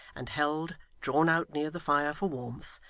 and held, drawn out near the fire for warmth,